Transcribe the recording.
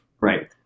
right